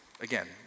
again